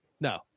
No